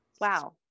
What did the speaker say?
wow